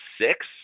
six